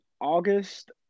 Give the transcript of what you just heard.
August